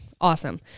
Awesome